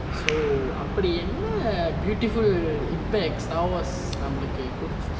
so அப்டி என்ன:apdi enna beautiful impact star wars நம்பலுக்கு குடுதுச்சி:nambalukku kuduthuchi